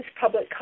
public